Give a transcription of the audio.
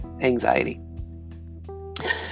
anxiety